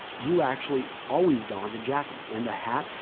you actually always donned a jacket and a hat.